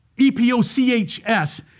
E-P-O-C-H-S